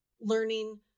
learning